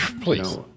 please